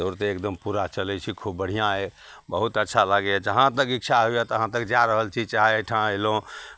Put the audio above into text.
दौड़ते एकदम पूरा चलै छी खूब बढ़िआँ अइ बहुत अच्छा लागैए जहाँ तक इच्छा होइए तहाँ तक जा रहल छी चाहे एहिठाँ अयलहुँ